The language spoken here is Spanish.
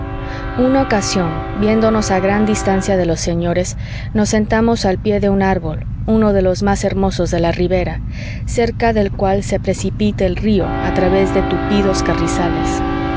una ocasión viéndonos a gran distancia de los señores nos sentamos al pie de un árbol uno de los más hermosos de la ribera cerca del cual se precipita el río a través de tupidos carrizales